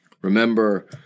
Remember